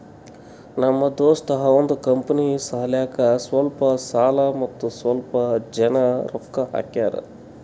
ನಮ್ ದೋಸ್ತ ಅವಂದ್ ಕಂಪನಿ ಸಲ್ಯಾಕ್ ಸ್ವಲ್ಪ ಸಾಲ ಮತ್ತ ಸ್ವಲ್ಪ್ ಜನ ರೊಕ್ಕಾ ಹಾಕ್ಯಾರ್